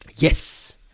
Yes